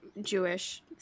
jewish